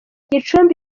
gicumbi